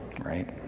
right